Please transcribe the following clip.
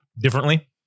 differently